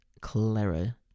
Clara